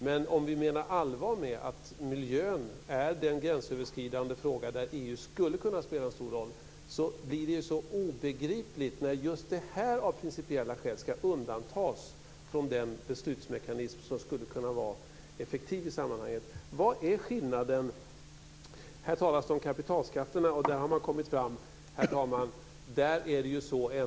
Men om vi menar allvar med att miljön är den gränsöverskridande fråga där EU skulle kunna spela en stor roll blir det obegripligt om just det här av principiella skäl ska undantas från den beslutsmekanism som skulle kunna vara effektiv i sammanhanget. Vad är skillnaden? Här talas det om kapitalskatterna, och där har man kommit fram.